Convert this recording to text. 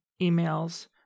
emails